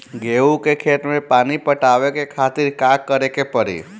गेहूँ के खेत मे पानी पटावे के खातीर का करे के परी?